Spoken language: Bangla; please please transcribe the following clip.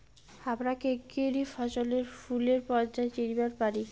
হামরা কেঙকরি ফছলে ফুলের পর্যায় চিনিবার পারি?